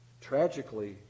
tragically